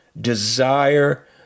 desire